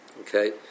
Okay